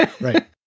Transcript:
Right